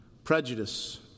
Prejudice